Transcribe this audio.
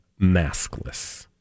maskless